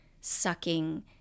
sucking